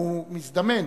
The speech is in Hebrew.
בתקנון,